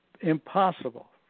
impossible